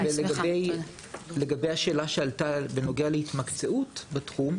לגבי השאלה שעלתה בנוגע להתמקצעות בתחום.